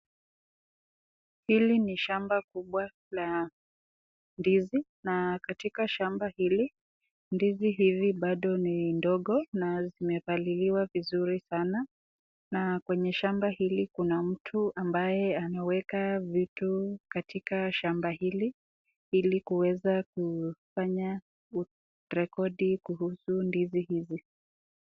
Hili ni shamba kubwa la ndizi na katika shamba hili ndizi hivi bado ni ndogo na zimepaliliwa vizuri sana na kwenye shamba hili kuna mtu ambaye ameweka vitu katika shamba hili ili kuweza kufanya kurekodi kuhusu ndizi hizi.